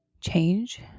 change